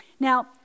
Now